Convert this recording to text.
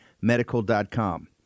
medical.com